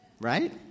right